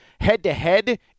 head-to-head